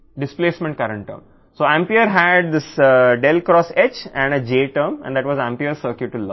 displacement ప్రస్తుత పదం లేకుండా ఆంపియర్ వెంట వస్తుంది కాబట్టి ∇ X H మరియు J ఆంపియర్కు ఒక పదం ఉంది మరియు అది ఆంపియర్ సర్క్యూటల్ లా